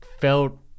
felt